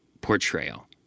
portrayal